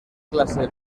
clase